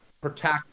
protect